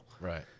Right